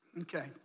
Okay